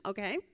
Okay